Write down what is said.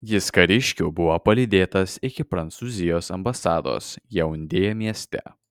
jis kariškių buvo palydėtas iki prancūzijos ambasados jaundė mieste